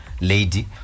lady